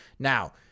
Now